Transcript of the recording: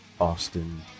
Austin